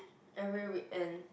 every weekend